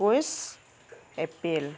একৈছ এপ্ৰিল